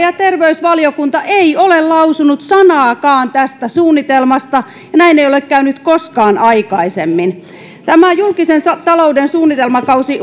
ja terveysvaliokunta ei ole lausunut sanaakaan tästä suunnitelmasta ja näin ei ole käynyt koskaan aikaisemmin tämä julkisen talouden suunnitelmakausi